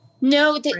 No